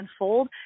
unfold